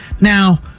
now